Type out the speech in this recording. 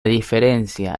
diferencia